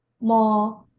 more